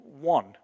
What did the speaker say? one